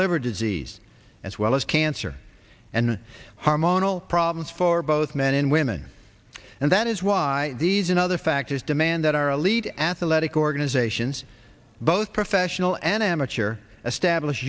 liver disease as well as cancer and hormonal problems for both men and women and that is why these and other factors demand that our lead athletic organizations both professional and amateur are a stablish